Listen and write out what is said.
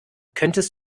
könntest